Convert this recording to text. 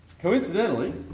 coincidentally